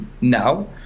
now